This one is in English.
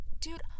dude